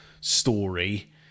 story